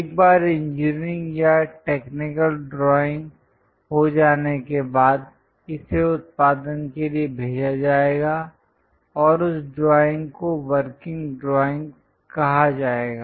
एक बार इंजीनियरिंग या टेक्निकल ड्राइंग हो जाने के बाद इसे उत्पादन के लिए भेजा जाएगा और उस ड्राइंग को वर्किंग ड्राइंग कहा जाएगा